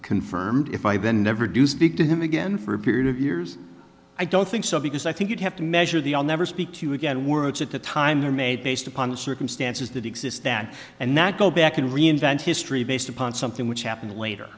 confirmed if i then never do speak to him again for a period of years i don't think so because i think you'd have to measure the i'll never speak to you again words at the time they're made based upon the circumstances that exist that and that go back and reinvent history based upon something which happened later